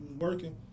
working